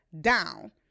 down